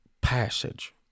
passage